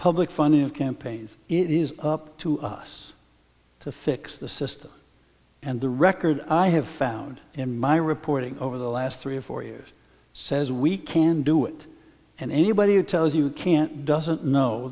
public funding of campaigns is up to us to fix the system and the record i have found in my reporting over the last three or four years says we can do it and anybody who tells you can't doesn't know